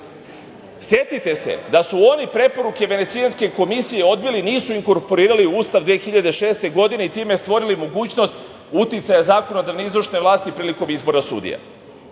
Srbije. Setite se da su oni preporuke Venecijanske komisije odbili, nisu inkorporirali u Ustav 2006. godine i time stvorili mogućnost uticaja zakonodavne izvršne vlasti prilikom izbora sudija. Danas,